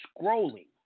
scrolling